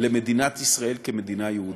למדינת ישראל כמדינה יהודית.